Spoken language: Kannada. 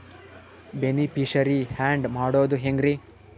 ಬೆನಿಫಿಶರೀ, ಆ್ಯಡ್ ಮಾಡೋದು ಹೆಂಗ್ರಿ?